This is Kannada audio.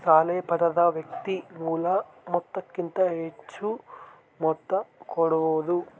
ಸಾಲ ಪಡೆದ ವ್ಯಕ್ತಿ ಮೂಲ ಮೊತ್ತಕ್ಕಿಂತ ಹೆಚ್ಹು ಮೊತ್ತ ಕೊಡೋದು